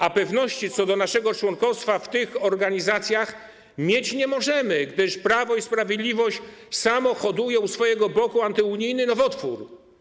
A pewności co do naszego członkostwa w tych organizacjach mieć nie możemy, gdyż Prawo i Sprawiedliwość samo hoduje u swojego boku antyunijny nowotwór.